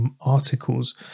articles